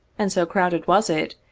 and so crowded was it,